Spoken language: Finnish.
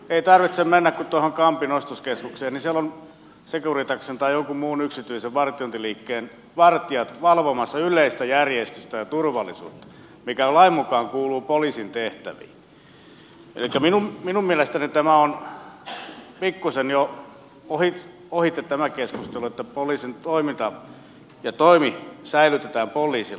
ei tarvitse mennä kuin tuohon kampin ostoskeskukseen niin siellä ovat securitaksen tai jonkun muun yksityisen vartiointiliikkeen vartijat valvomassa yleistä järjestystä ja turvallisuutta mikä lain mukaan kuuluu poliisin tehtäviin elikkä minun mielestäni tämä on pikkuisen jo ohitse tämä keskustelu että poliisin toiminta ja toimi säilytetään poliisilla